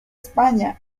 españa